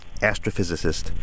astrophysicist